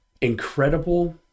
incredible